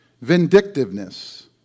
vindictiveness